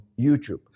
YouTube